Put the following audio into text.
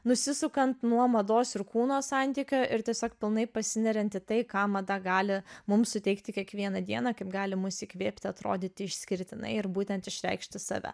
nusisukant nuo mados ir kūno santykio ir tiesiog pilnai pasineriant į tai ką mada gali mums suteikti kiekvieną dieną kaip gali mus įkvėpti atrodyti išskirtinai ir būtent išreikšti save